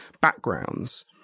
backgrounds